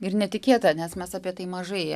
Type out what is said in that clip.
ir netikėta nes mes apie tai mažai